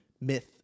myth